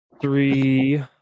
three